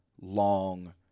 long